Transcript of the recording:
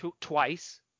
twice